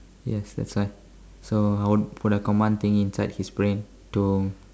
yes that's right so I would put a command thingy inside his brain to